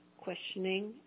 questioning